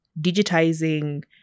digitizing